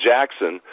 Jackson